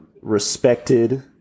respected